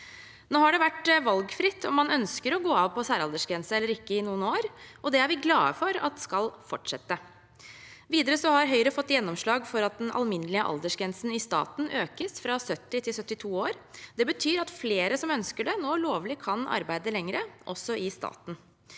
Nå har det vært valgfritt om man ønsker å gå av på særaldersgrense eller ikke i noen år, og det er vi glade for at skal fortsette. Videre har Høyre fått gjennomslag for at den alminnelige aldersgrensen i staten økes fra 70 til 72 år. Det betyr at flere som ønsker det, nå lovlig kan arbeide lenger, også i staten.